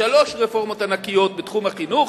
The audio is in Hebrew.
שלוש רפורמות ענקיות בתחום החינוך: